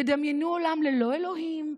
דמיינו עולם ללא אלוהים,